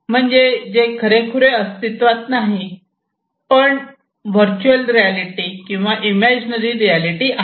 म्हणजे जय खरेखुरे अस्तित्वात नाही पण व्हर्च्युअल रियालिटी किंवा इमेजनरी रियालिटी आहे